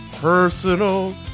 personal